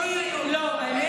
נורא ואיום.